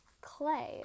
clay